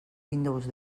windows